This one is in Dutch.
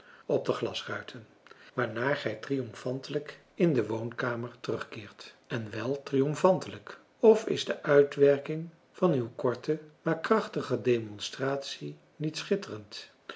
op de glasruiten waarna gij triomfantelijk in de woonkamer terugkeert en wel triomfantelijk of is de uitwerking van uw korte maar krachtige demonstratie niet schitterend